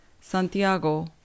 Santiago